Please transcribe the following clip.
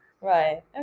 Right